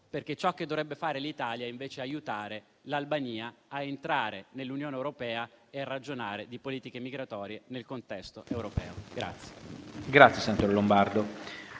perché ciò che dovrebbe fare l'Italia è invece aiutare l'Albania a entrare nell'Unione europea e a ragionare di politiche migratorie nel contesto europeo.